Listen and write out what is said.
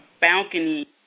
balcony